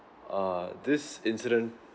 err this incident